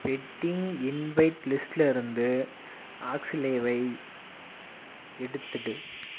wedding invite லிஸ்ட்டில் இருந்து ஆக்ஸ்லேவை எடுத்துவிடு